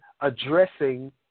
addressing